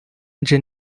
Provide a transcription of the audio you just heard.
nje